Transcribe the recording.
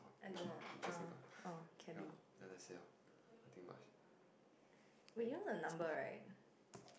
I mean interesting okay loh ya that's it loh nothing much